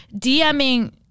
DMing